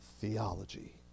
theology